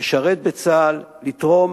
לשרת בצה"ל, לתרום